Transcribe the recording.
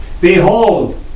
behold